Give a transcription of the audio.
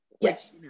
Yes